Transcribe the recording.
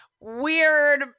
weird